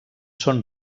són